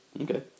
Okay